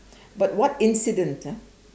but what incident ah